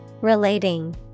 relating